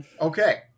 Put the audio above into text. Okay